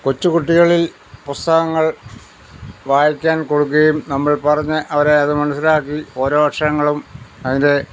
കൊച്ചുകുട്ടികളിൽ പുസ്തകങ്ങൾ വായിക്കാൻ കൊടുക്കുകയും നമ്മൾ പറഞ്ഞ് അവരെ അത് മനസ്സിലാക്കി ഓരോ അക്ഷരങ്ങളും അതിന്റെ